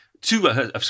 two